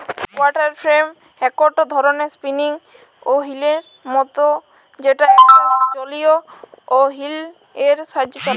water frame একটো ধরণের spinning ওহীলের মত যেটা একটা জলীয় ওহীল এর সাহায্যে চলেক